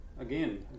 again